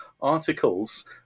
articles